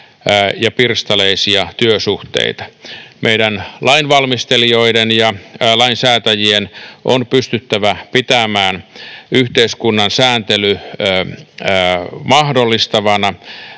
ja pirstaleisia työsuhteita. Meidän lainvalmistelijoiden ja lainsäätäjien on pystyttävä pitämään yhteiskunnan sääntely mahdollistavana,